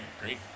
great